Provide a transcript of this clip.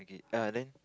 okay err then